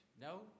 No